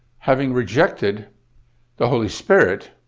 having rejected the holy spirit,